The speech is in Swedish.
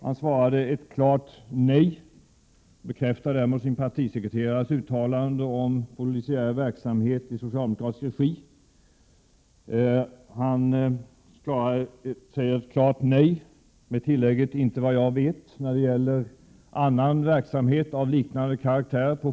Han svarade ett klart nej — och bekräftade därmed sin partisekreterares uttalande — när det gäller polisiär verksamhet i socialdemokratisk regi. Och han sade klart nej, med tillägget ”inte vad jag vet”, när det gäller annan verksamhet av liknande karaktär.